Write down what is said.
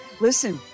listen